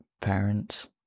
parents